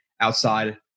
outside